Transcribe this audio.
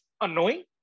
annoying